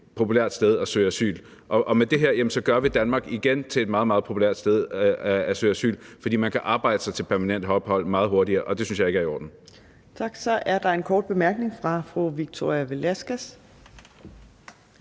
populært sted at søge asyl. Og med det her gør vi Danmark, igen, til et meget, meget populært sted at søge asyl, fordi man kan arbejde sig til permanent ophold meget hurtigere, og det synes jeg ikke er i orden. Kl. 15:24 Fjerde næstformand (Trine Torp): Tak. Så er der en kort bemærkning fra fru Victoria Velasquez.